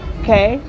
okay